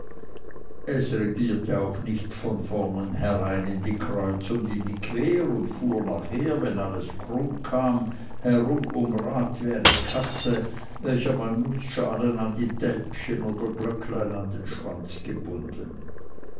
es regierte auch nicht von vornenherein in die kreuz und in die quer und fuhr nachher wenn alles krumm kam herum um rat wie eine katze welcher man nußschalen an die tälpchen oder glöcklein an den schwanz gebunden